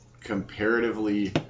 comparatively